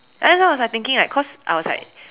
and then like I was thinking like cause I was like